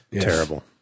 terrible